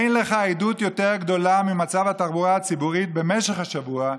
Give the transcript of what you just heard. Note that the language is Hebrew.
אין לך עדות יותר גדולה ממצב התחבורה הציבורית במשך השבוע,